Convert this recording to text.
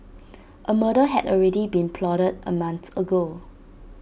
A murder had already been plotted A month ago